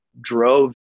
drove